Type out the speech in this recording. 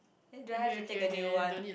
then do I have to take a new one